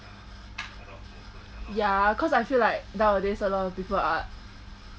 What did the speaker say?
ya cause I feel like nowadays a lot of people are